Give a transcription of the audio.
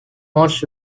most